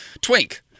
Twink